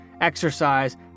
exercise